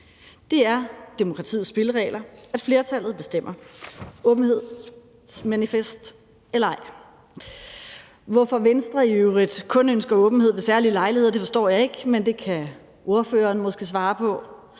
Det er demokratiets spilleregler, at flertallet bestemmer – åbenhedsmanifest eller ej. Hvorfor Venstre i øvrigt kun ønsker åbenhed ved særlige lejligheder, forstår jeg ikke, men det kan ordføreren måske svare på,